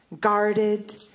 guarded